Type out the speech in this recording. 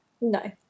No